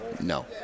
No